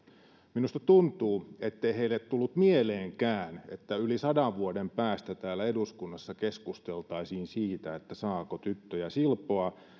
minusta tuntuu ettei heille tullut mieleenkään että yli sadan vuoden päästä täällä eduskunnassa keskusteltaisiin siitä saako tyttöjä silpoa